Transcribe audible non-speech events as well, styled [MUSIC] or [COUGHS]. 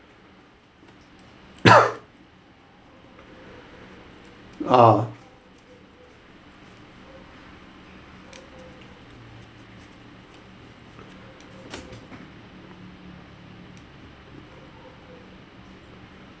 [COUGHS] ah